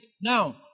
Now